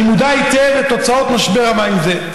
אני מודע היטב לתוצאות משבר מים זה,